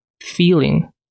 feeling